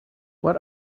what